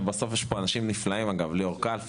בסופו של דבר יש פה אנשים נפלאים: ליאור כלפה,